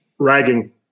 Ragging